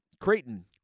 Creighton